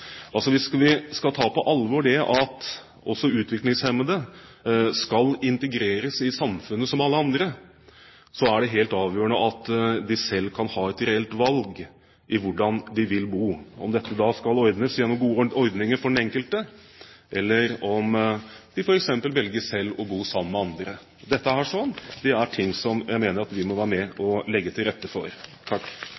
vi skal ta på alvor det at også utviklingshemmede skal integreres i samfunnet som alle andre, er det helt avgjørende at de selv kan ha et reelt valg når det gjelder hvordan de vil bo – om dette skal ordnes gjennom ordninger for den enkelte, eller om de f.eks. velger å bo sammen med andre. Dette er ting jeg mener vi må være med